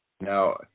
Now